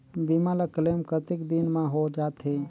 बीमा ला क्लेम कतेक दिन मां हों जाथे?